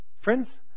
Friends